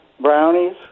Brownies